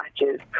matches